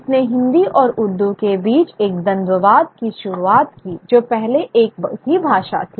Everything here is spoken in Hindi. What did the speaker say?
इसने हिंदी और उर्दू के बीच एक द्वंद्ववाद की शुरुआत की जो पहले एक ही भाषा थी